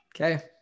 Okay